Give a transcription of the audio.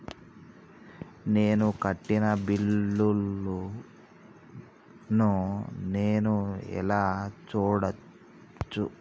నేను కట్టిన బిల్లు ను నేను ఎలా చూడచ్చు?